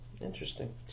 Interesting